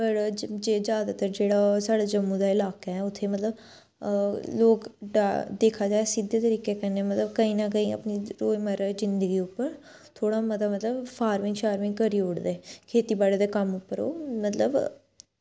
और जादैतर जेह्ड़ा साढ़ा जम्मू दा इलाका ऐ उत्थें जैदातर लोग दिक्खा जाये ते सिद्धे तरीकै कन्नै कोई ना कोई मतलब रोज मर्रा च फार्मिंग करी ओड़दे खेती बाड़ी दे ओह् कम्म उप्पर मतलब